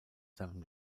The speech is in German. seven